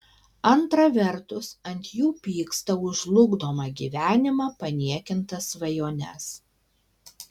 antra vertus ant jų pyksta už žlugdomą gyvenimą paniekintas svajones